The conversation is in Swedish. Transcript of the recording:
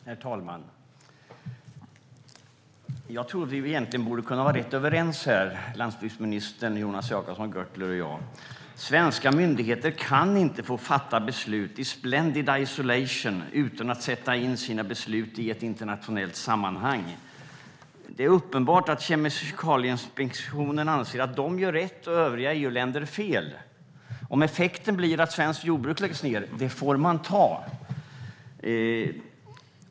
Herr talman! Jag trodde att vi egentligen borde kunna vara rätt överens, landsbygdsministern, Jonas Jacobsson Gjörtler och jag. Svenska myndigheter kan inte få fatta beslut i splendid isolation utan att sätta in sina beslut i ett internationellt sammanhang. Det är uppenbart att Kemikalieinspektionen anser att de gör rätt och övriga EU-länder fel, och om effekten blir att svenskt jordbruk läggs ned får ta man det.